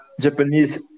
Japanese